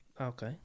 Okay